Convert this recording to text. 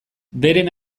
beren